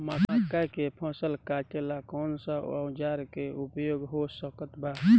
मक्का के फसल कटेला कौन सा औजार के उपयोग हो सकत बा?